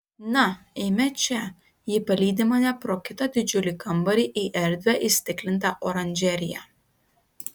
na eime čia ji palydi mane pro kitą didžiulį kambarį į erdvią įstiklintą oranžeriją